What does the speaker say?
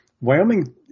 Wyoming